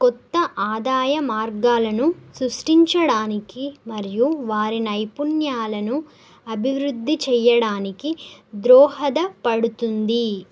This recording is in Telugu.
కొత్త ఆదాయ మార్గాలను సృష్టించడానికి మరియు వారి నైపుణ్యాలను అభివృద్ధి చేయడానికి ద్రోహద పడుతుంది